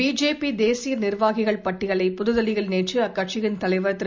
BJP தேசிய நிர்வாகிகள் பட்டியலை புதுதில்லியில் நேற்று அக்கட்சியின் தலைவர் திரு